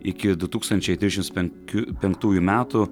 iki du tūkstančiai trisdešimts penk pentųjų metų